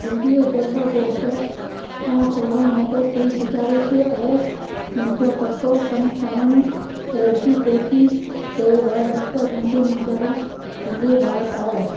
दिल्लीअ जल बोड खां फौरन मदद थी गुज़ारिश आहे मुंहिंजो पतो सनसाइन रजिडेंसी टे ॿ हिकु गांधी नगर दिल्लीअ भारत आहे